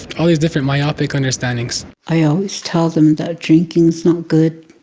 all these different myopic understandings. i always tell them that drinking's not good.